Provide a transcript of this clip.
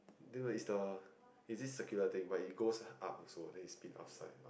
there were is the is this circular thing but it goes up also then it spin upside